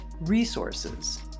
resources